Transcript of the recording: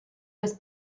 was